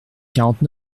quarante